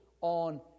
on